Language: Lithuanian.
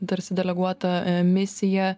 tarsi deleguota misija